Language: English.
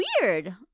weird